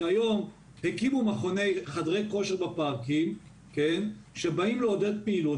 כי היום הקימו חדרי כושר בפארקים שבאים לעודד פעילות,